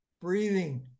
Breathing